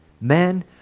...men